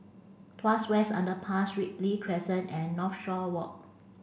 Tuas West Underpass Ripley Crescent and Northshore Walk